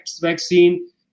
vaccine